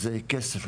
זה כסף,